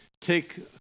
take